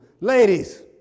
ladies